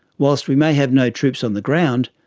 whilst we may have no troops on the ground,